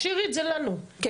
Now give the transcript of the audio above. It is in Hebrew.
כן.